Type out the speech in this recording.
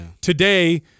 today